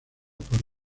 por